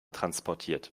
transportiert